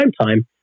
primetime